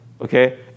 Okay